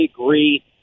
agree